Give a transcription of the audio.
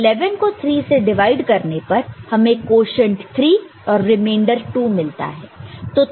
तो 11 को 3 से डिवाइड करने पर हमें क्वोशन्ट 3 और रिमेंडर 2 मिलता है